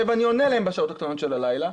ואני עונה להם בשעות הקטנות של הלילה.